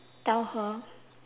tell her